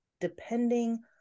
depending